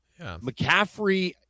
McCaffrey